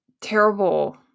terrible